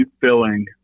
filling